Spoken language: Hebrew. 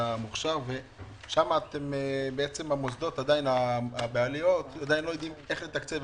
שם המוסדות עדיין לא יודעים איך לתקצב.